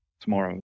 tomorrow